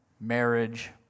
marriage